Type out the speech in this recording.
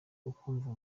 ukumva